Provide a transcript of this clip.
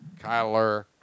Kyler